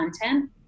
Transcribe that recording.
content